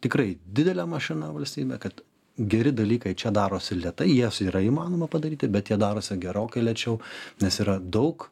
tikrai didelė mašina valstybė kad geri dalykai čia darosi lėtai jas yra įmanoma padaryti bet jie darosi gerokai lėčiau nes yra daug